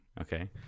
okay